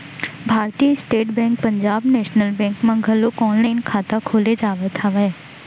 भारतीय state bank Punjab national bank म घलोक ऑनलाईन खाता खोले जावत हवय